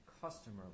customer